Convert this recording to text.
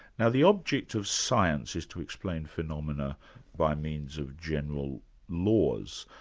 now the object of science is to explain phenomena by means of general laws,